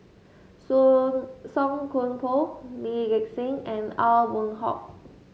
Song Song Koon Poh Lee Gek Seng and Aw Boon Haw